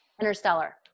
Interstellar